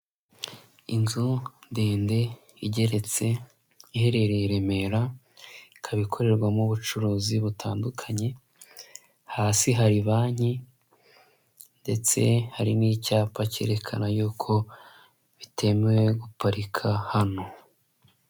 Inzu ndende igeretse iherereye Remera ika ikorerwamo ubucuruzi butandukanye hasi hari banki, ndetse hari n'icyapa kerekana yuko bitemewe guparika hano.